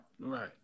Right